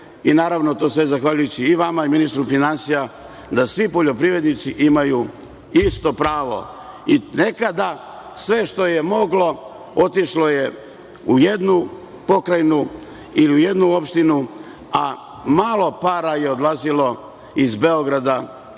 i, naravno, to sve zahvaljujući vama i ministru finansija, da svi poljoprivrednici imaju isto pravo. Nekada, sve što je moglo otišlo je u jednu pokrajinu ili u jednu opštinu, a malo para je odlazilo iz Beograda,